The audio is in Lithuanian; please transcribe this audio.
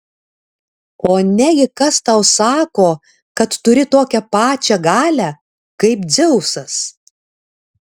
o negi kas tau sako kad turi tokią pačią galią kaip dzeusas